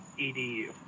edu